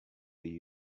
you